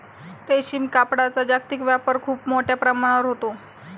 रेशीम कापडाचा जागतिक व्यापार खूप मोठ्या प्रमाणावर होतो